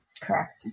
Correct